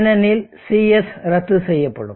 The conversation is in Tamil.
ஏனெனில் CS ரத்துசெய்யப்படும்